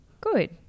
Good